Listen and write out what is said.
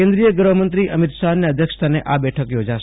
કેન્દ્રીય ગૃહમંત્રી શ્રી અમિતભાઈ શાહના અધ્યક્ષસ્થાને આ બેઠક યોજાશે